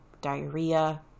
diarrhea